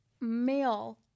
male